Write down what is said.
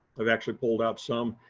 i've actually pulled out some.